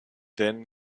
then